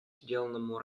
сделанному